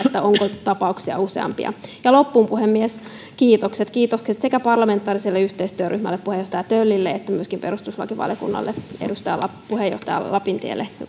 onko tapauksia useampia ja loppuun puhemies kiitokset kiitokset sekä parlamentaariselle yhteistyöryhmälle puheenjohtaja töllille että myöskin perustuslakivaliokunnalle puheenjohtaja lapintielle